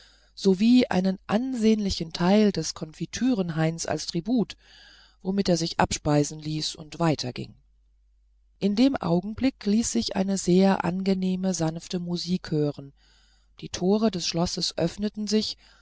sowie einen ansehnlichen teil des konfiturenhains als tribut womit er sich abspeisen ließ und weiterging in dem augenblick ließ sich eine sehr angenehme sanfte musik hören die tore des schlosses öffneten sich